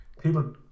people